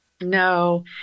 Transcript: no